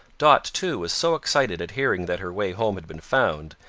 dot, too, was so excited at hearing that her way home had been found,